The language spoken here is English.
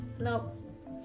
nope